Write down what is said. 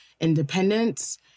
independence